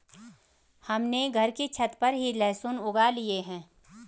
हमने घर की छत पर ही लहसुन उगा लिए हैं